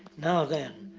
now then,